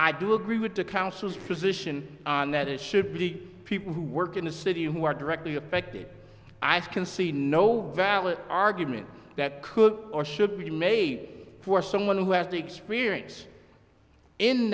i do agree with the council's position on that it should be the people who work in the city who are directly affected eyes can see no valid argument that could or should be may for someone who has the experience in